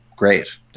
Great